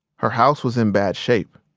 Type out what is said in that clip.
her house was in bad shape.